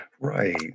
Right